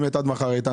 באמת' עד מחר איתן,